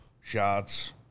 shots